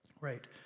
Right